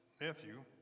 nephew